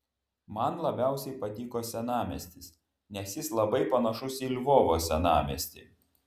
man labiausiai patiko senamiestis nes jis labai panašus į lvovo senamiestį